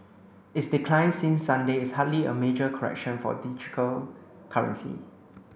its decline since Sunday is hardly a major correction for digital currency